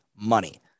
money